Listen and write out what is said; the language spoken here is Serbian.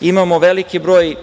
Imamo veliki broj